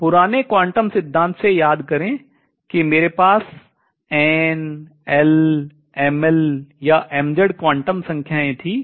अब पुराने क्वांटम सिद्धांत से याद करें कि मेरे पास या क्वांटम संख्याएँ थीं